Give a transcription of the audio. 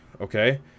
okay